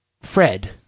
Fred